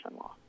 law